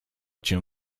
cię